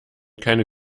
keine